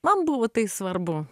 man buvo tai svarbu